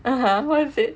(uh huh) what is it